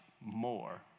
more